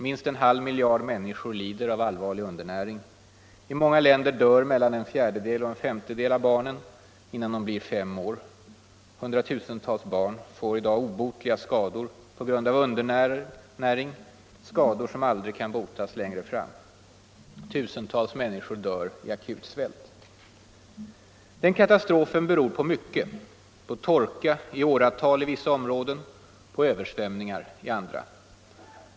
Minst en halv miljard människor lider av allvarlig undernäring. I många länder dör mellan en fjärdedel och en femtedel av barnen innan de blir fem år. Hundratusentals barn får i dag obotliga skador på grund av undernäring, skador som aldrig kan botas längre fram. Tusentals människor dör i akut svält. Den katastrofen beror på mycket, på torka i åratal i vissa områden, på översvämningar i andra.